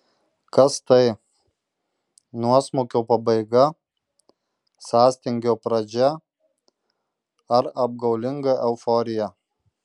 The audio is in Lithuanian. kas tai nuosmukio pabaiga sąstingio pradžia ar apgaulinga euforija